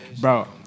bro